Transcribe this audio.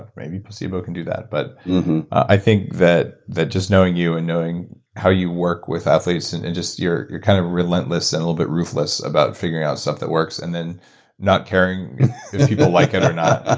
but maybe a placebo can do that, but i think that that just knowing you and knowing how you work with athletes and and just your your kind of relentless and little bit ruthless about figuring out stuff that works, and then not caring if people like it or not.